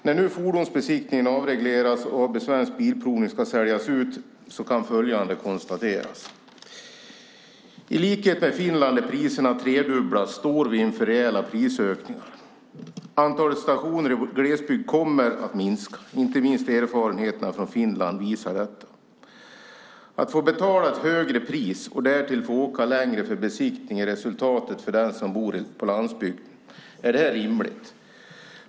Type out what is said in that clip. När nu fordonsbesiktningen avregleras och AB Svensk Bilprovning ska säljas ut kan följande konstateras: I likhet med Finland där priserna tredubblats står vi inför rejäla prisökningar. Antalet stationer i glesbygd kommer att minska. Inte minst erfarenheterna från Finland visar detta. Att få betala ett högre pris och därtill få åka längre för besiktning är resultatet för den som bor på landsbygden. Är det rimligt?